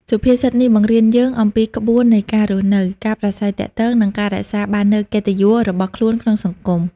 សុភាសិតនេះបង្រៀនយើងអំពីក្បួននៃការរស់នៅ ការប្រាស្រ័យទាក់ទង និងការរក្សាបាននូវកិត្តិយសរបស់ខ្លួនក្នុងសង្គម។